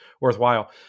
worthwhile